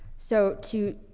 so to,